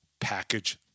Package